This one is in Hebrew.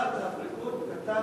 שמשרד הבריאות נתן